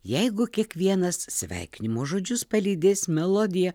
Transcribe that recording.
jeigu kiekvienas sveikinimo žodžius palydės melodija